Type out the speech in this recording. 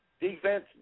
Defense